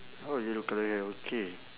orh yellow colour hair okay